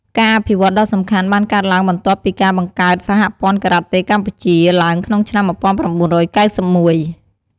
ការអភិវឌ្ឍន៍ដ៏សំខាន់បានកើតឡើងបន្ទាប់ពីការបង្កើត សហព័ន្ធការ៉ាតេកម្ពុជា ឡើងក្នុងឆ្នាំ ១៩៩១។